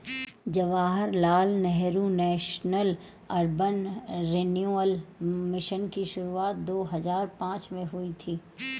Jawaharlal Nehru national urban renewal mission की शुरुआत दो हज़ार पांच में हुई थी